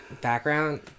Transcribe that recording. Background